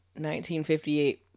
1958